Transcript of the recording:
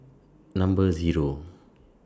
Number Zero